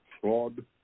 fraud